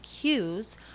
cues